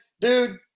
dude